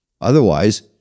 Otherwise